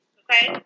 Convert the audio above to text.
okay